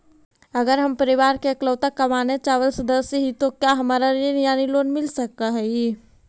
अगर हम परिवार के इकलौता कमाने चावल सदस्य ही तो का हमरा ऋण यानी लोन मिल सक हई?